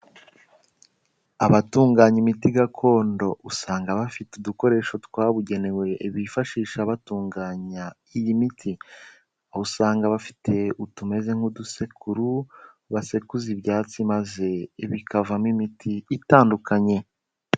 Abatunganya imiti gakondo usanga bafite udukoresho twabugenewe bifashisha batunganya iyi miti, usanga bafite utumeze nk'udusekuru basekuza ibyatsi maze bikavamo imiti itandukanye.